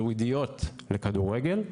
ייעודיות לכדורגל,